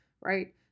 right